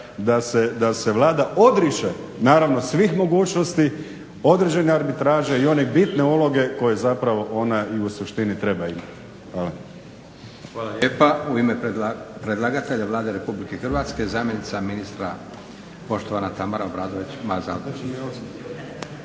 da se Vlada odriče naravno svih mogućnosti određene arbitraže i one bitne uloge koje zapravo ona u suštini i treba imati. Hvala. **Leko, Josip (SDP)** Hvala lijepa. U ime predlagatelja Vlade RH zamjenica ministra poštovana Tamara Obradović Mazal.